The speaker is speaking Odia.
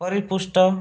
ପରିପୃଷ୍ଟ